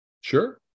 Sure